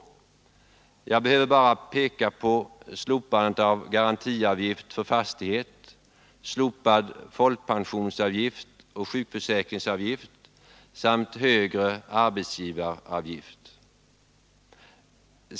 Jag behöver bara peka på slopandet av garantiavgift för fastighet, slopandet av folkpensionsavgift och sjukförsäkringsavgift samt högre arbetsgivaravgift.